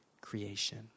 creation